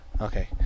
Okay